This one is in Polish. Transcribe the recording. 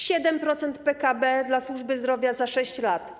7% PKB dla służby zdrowia za 6 lat.